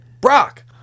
Brock